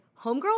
homegirl